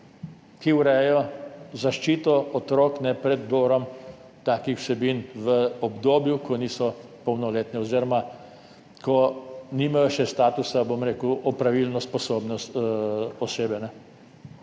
ki urejajo zaščito otrok pred vdorom takih vsebin v obdobju, ko niso polnoletni oziroma ko nimajo še statusa opravilno sposobne osebe.